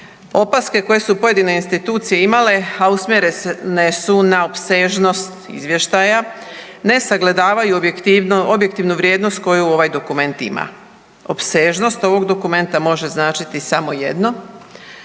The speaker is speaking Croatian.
Opaske koje su pojedine institucije imale, a usmjerene su na opsežnost izvještaja ne sagledavaju objektivnu vrijednost koju ovaj dokument ima. Opsežnost ovog dokumenta može značiti samo jedno,